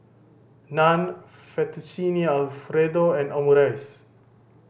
Naan Fettuccine Alfredo and Omurice